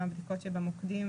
גם בדיקות מהירות.